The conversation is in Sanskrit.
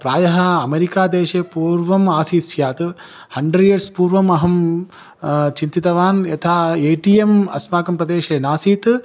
प्रायः अमरिकादेशे पूर्वम् आसीत् स्यात् हण्ड्रे यस् पूर्वमहं चिन्तितवान् यदा ए टि यम् अस्माकं प्रदेशे नासीत्